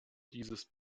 dieses